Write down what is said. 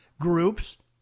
groups